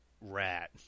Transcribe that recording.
Rat